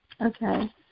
Okay